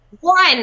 One